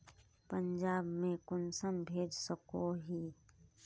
पंजाब में कुंसम भेज सकोही?